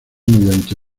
mediante